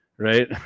Right